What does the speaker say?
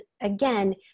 again